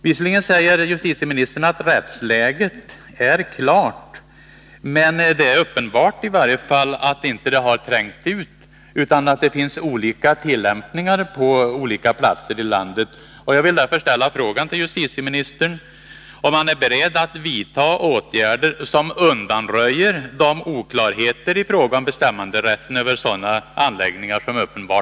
Visserligen säger justitieministern att rättsläget är klart, men det är uppenbart att detta inte har trängt ut och att det finns olika tillämpningar på olika platser i landet. Jag vill därför fråga justitieministern om han är beredd att vidta åtgärder som undanröjer de oklarheter som uppenbarligen finns i fråga om bestämmanderätten över sådana anläggningar.